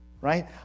right